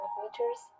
meters